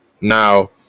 Now